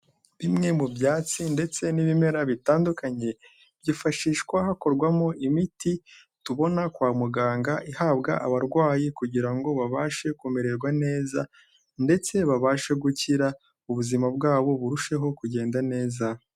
Bimwe mu byatsi ndetse n'ibimera bitandukanye, byifashishwa hakorwamo imiti tubona kwa muganga ihabwa abarwayi kugira ngo babashe kumererwa neza ndetse babashe gukira, ubuzima bwabo burusheho kugenda neza.